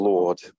Lord